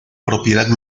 propiedad